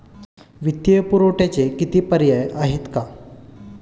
वित्तीय पुरवठ्याचे किती पर्याय आहेत का?